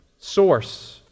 source